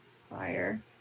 fire